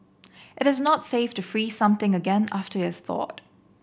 it is not safe to freeze something again after is thawed